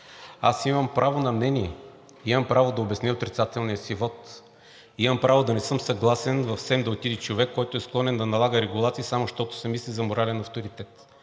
Аз имам право на мнение, имам право да обясня отрицателния си вот, имам право да не съм съгласен в СЕМ да отиде човек, който е склонен да налага регулации само защото се мисли за морален авторитет.